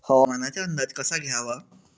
हवामानाचा अंदाज कसा घ्यावा?